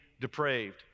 depraved